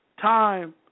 time